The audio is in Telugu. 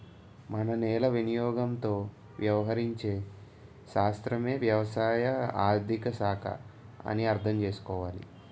మన నేల వినియోగంతో వ్యవహరించే శాస్త్రమే వ్యవసాయ ఆర్థిక శాఖ అని అర్థం చేసుకోవాలి